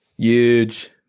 Huge